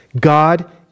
God